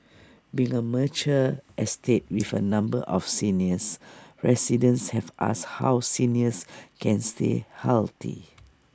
being A mature estate with A number of seniors residents have asked how seniors can stay healthy